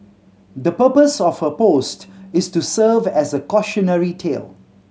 the purpose of her post is to serve as a cautionary tale